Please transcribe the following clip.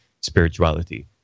spirituality